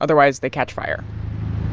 otherwise, they catch fire